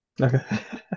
Okay